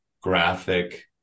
graphic